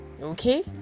okay